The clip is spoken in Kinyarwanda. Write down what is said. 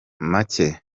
make